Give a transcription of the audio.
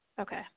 Okay